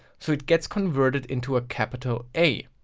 so it gets converted into a capital a.